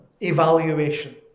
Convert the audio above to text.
evaluation